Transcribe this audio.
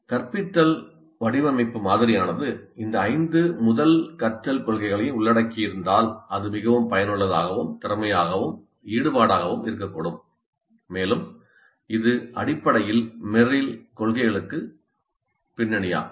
ஒரு கற்பித்தல் வடிவமைப்பு மாதிரியானது இந்த ஐந்து முதல் கற்றல் கொள்கைகளையும் உள்ளடக்கியிருந்தால் அது மிகவும் பயனுள்ளதாகவும் திறமையாகவும் ஈடுபாடாகவும் இருக்கக்கூடும் மேலும் இது அடிப்படையில் மெர்ரில் கொள்கைகளுக்குப் பின்னணியாகும்